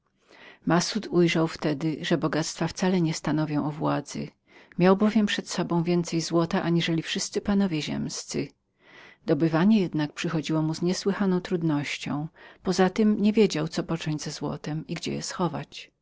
massud ujrzał wtedy że bogactwa wcale nie przedstawiały władzy miał bowiem przed sobą więcej złota aniżeli wszyscy panowie ziemscy dobywanie jednak przychodziło mu z niesłychaną trudnością następnie nie wiedział co począć ze złotem i gdzie je schować